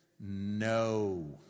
No